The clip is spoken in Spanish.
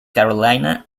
carolina